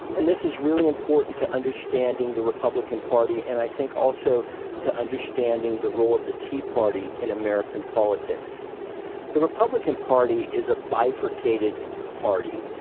and this is really important to understanding the republican party and i think also to understanding the role of the tea party in american politics the republican party is a bifurcated party.